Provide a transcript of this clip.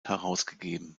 herausgegeben